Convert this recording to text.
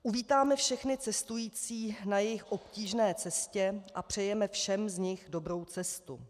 Uvítáme všechny cestující na jejich obtížné cestě a přejeme všem z nich dobrou cestu.